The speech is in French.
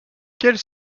quels